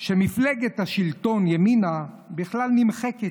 שמפלגת השלטון ימינה בכלל נמחקת,